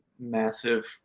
massive